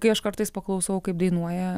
kai aš kartais paklausau kaip dainuoja